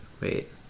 Wait